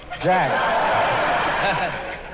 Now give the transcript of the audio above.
Jack